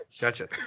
gotcha